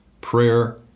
prayer